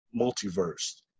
multiverse